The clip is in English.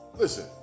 listen